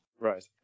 Right